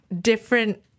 different